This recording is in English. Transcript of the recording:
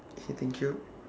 okay thank you